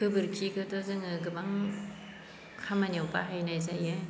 गोबोरखिखोथो जोङो गोबां खामानियाव बाहायनाय जायो